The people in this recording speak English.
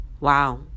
wow